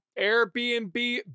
Airbnb